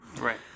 Right